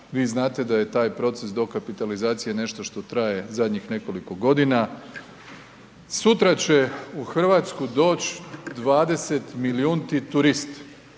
vi znate da je taj proces dokapitalizacije nešto što traje zadnjih nekoliko godina. Sutra će u Hrvatsku doći 20 milijunti turist,